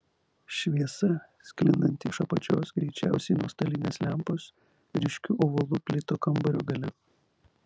šviesa sklindanti iš apačios greičiausiai nuo stalinės lempos ryškiu ovalu plito kambario gale